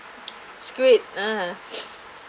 squid uh